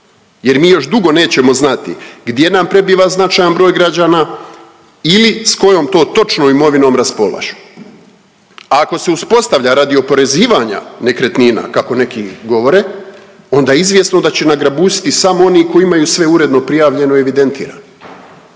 jer mi još dugo nećemo znati gdje nam prebiva značajan broj građana ili s kojom to točno imovinom raspolažu. A ako se uspostavlja radi oporezivanja nekretnina, kako neki govore, onda je izvjesno da će nagrabusiti samo oni koji imaju sve uredno prijavljeno i evidentirano.